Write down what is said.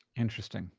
interesting.